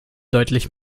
deutlich